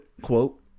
quote